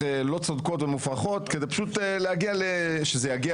לא צודקות ומופרכות כדי פשוט שזה יגיע לבג"צ,